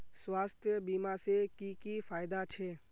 स्वास्थ्य बीमा से की की फायदा छे?